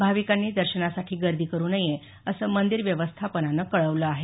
भाविकांनी दर्शनासाठी गर्दी करू नये असं मंदीर व्यवस्थापनानं कळवलं आहे